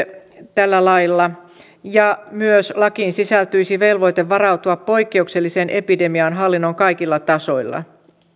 tällä lailla lakiin sisältyisi myös velvoite varautua poikkeukselliseen epidemiaan hallinnon kaikilla tasoilla